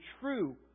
true